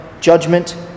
judgment